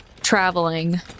traveling